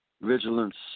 vigilance